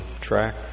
track